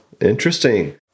Interesting